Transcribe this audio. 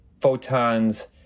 photons